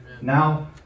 Now